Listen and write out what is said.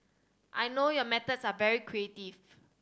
I know your methods are very creative